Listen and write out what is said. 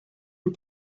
and